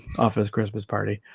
office christmas party